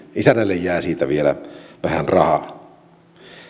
isännälle jää siitä vielä vähän rahaa